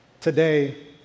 today